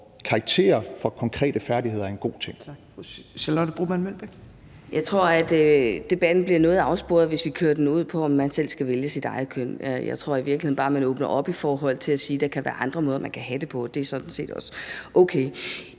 Kl. 11:35 Charlotte Broman Mølbæk (SF): Jeg tror, at debatten bliver noget afsporet, hvis vi kører den ud på, om man selv skal vælge sit eget køn. Jeg tror i virkeligheden bare, man skal åbne op i forhold til at sige, at der kan være andre måder, man kan have det på, og at det sådan set også er okay.